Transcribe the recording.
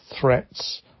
threats